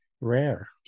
rare